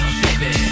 baby